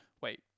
wait